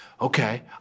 Okay